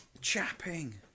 Chapping